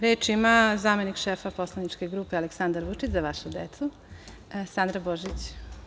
Reč ima zamenik šefa Poslaničke grupe Aleksandar Vučić – Za našu decu, Sandra Božić.